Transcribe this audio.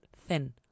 thin